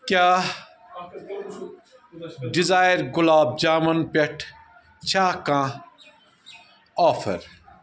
کیٛاہ ڈِزایر گۄلاب جامُن پٮ۪ٹھ چھےٚ کانٛہہ آفر